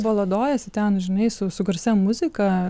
baladojasi ten žinai su su garsia muzika